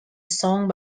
song